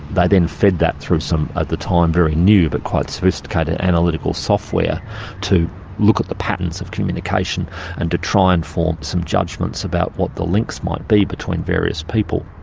they then fed that through some, at the time, very new but quite sophisticated analytical software to look at the patterns of communication and to try and form some judgements about what the links might be between various people.